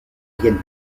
vienne